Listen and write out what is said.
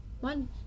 one